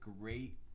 great